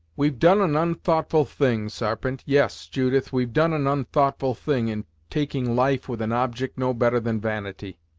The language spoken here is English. we've done an unthoughtful thing, sarpent yes, judith, we've done an unthoughtful thing in taking life with an object no better than vanity!